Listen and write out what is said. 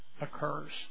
occurs